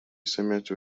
سمعت